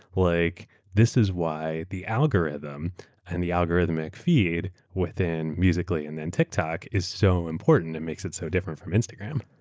like this is why the algorithm and the algorithmic feed within musical. ly and then tiktok is so important. it makes it so different from instagram.